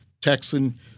Texan